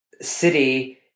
city